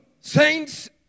saints